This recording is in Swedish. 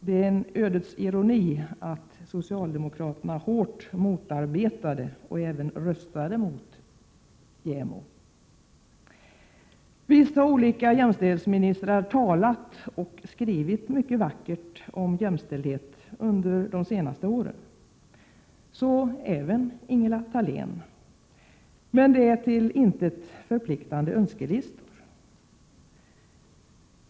Det är en ödets ironi att socialdemokraterna hårt motarbetade och även röstade mot inrättandet av JämO. Visst har olika jämställdhetsministrar talat och skrivit mycket vackert om jämställdhet under de senaste åren. Så även Ingela Thalén, men det är till intet förpliktande önskelistor.